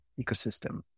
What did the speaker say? ecosystem